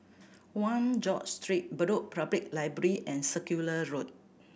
One George Street Bedok Public Library and Circular Road